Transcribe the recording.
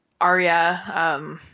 Arya